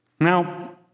Now